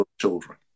children